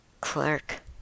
Clark